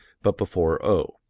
but before o.